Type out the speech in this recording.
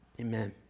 Amen